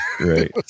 right